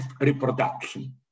reproduction